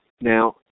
Now